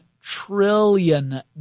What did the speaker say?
trillion